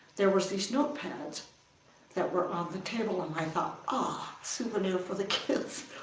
there were these notepads that were on the table and i thought, ah, souvenir for the kids.